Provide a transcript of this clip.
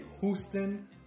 Houston